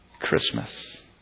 Christmas